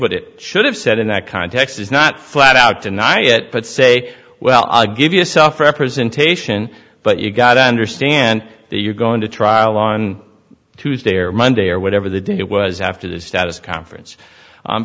what it should have said in that context is not flat out deny it but say well i'll give you a self representation but you got to understand that you're going to trial on tuesday or monday or whatever the day it was after the status conference